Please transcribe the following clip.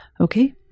okay